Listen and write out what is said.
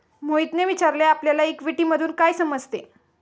मोहितने विचारले आपल्याला इक्विटीतून काय समजते?